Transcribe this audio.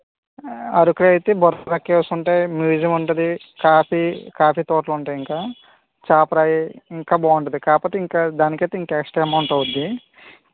అరకు అయితే బొర్రా కేవ్స్ ఉంటాయి మ్యూజియం ఉంటుంది కాఫీ కాఫీ తోటలుంటాయి ఇంకా చేప ఫ్రై ఇంకా బాగుంటుంది కాకపోతే ఇంకా దానికయితే ఇంకా ఎక్స్ట్రా అమౌంట్ అవుద్ది